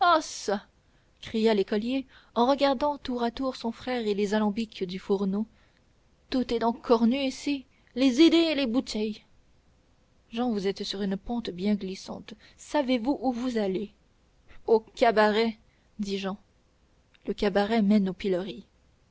cria l'écolier en regardant tour à tour son frère et les alambics du fourneau tout est donc cornu ici les idées et les bouteilles jehan vous êtes sur une pente bien glissante savez-vous où vous allez au cabaret dit jehan le cabaret mène au pilori